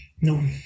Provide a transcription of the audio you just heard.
No